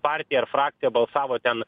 partiją ar frakciją balsavo ten